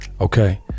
Okay